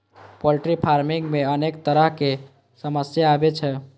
poultry farming मे अनेक तरहक समस्या आबै छै